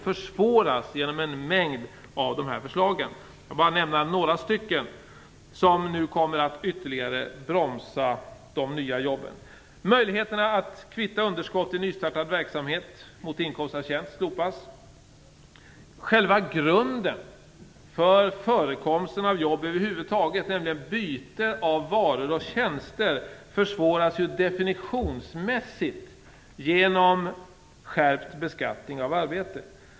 Jag vill nämna några av de förslag som kommer att innebära en ytterligare bromsning när det gäller de nya jobben. Utbytet av varor och tjänster - själva grunden för förekomsten av jobb - försvåras definitionsmässigt genom en skärpt beskattning av arbete.